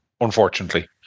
unfortunately